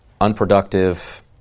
unproductive